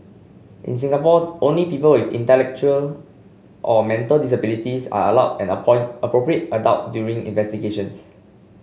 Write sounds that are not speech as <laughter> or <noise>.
in Singapore only people with intellectual or mental disabilities are allowed an <unintelligible> appropriate adult during investigations